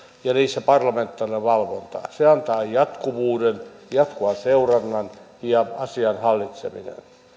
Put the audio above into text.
ja niissä parlamentaarinen valvonta se antaa jatkuvuuden jatkuvan seurannan ja asian hallitsemisen